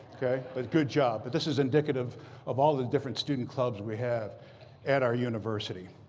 ok? but good job. but this is indicative of all the different student clubs we have at our university.